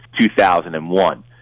2001